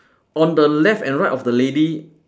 on the left and right of the lady